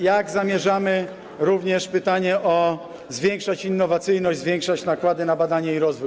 Jak zamierzamy - padło również pytanie o to - zwiększać innowacyjność, zwiększać nakłady na badania i rozwój.